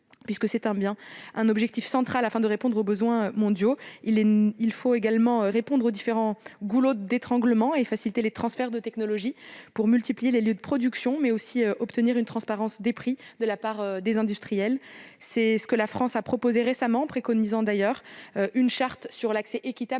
universel est bien un objectif central afin de répondre aux besoins mondiaux. Il faut notamment répondre aux différents goulets d'étranglement et faciliter les transferts de technologie pour multiplier les lieux de production, mais aussi obtenir une transparence des prix de la part des industriels. C'est ce que la France a proposé récemment, préconisant, d'ailleurs, dans une charte sur l'accès équitable